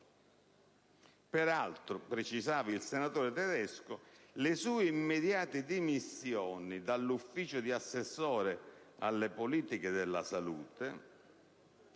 Peraltro - precisava il senatore Tedesco - le sue immediate dimissioni dall'ufficio di assessore alle politiche della salute